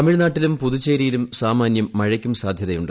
തമിഴ്നാട്ടിലും പുതുച്ചേരിയിലും സാമാന്യം മഴക്കും സാധ്യതയുണ്ട്